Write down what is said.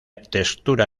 textura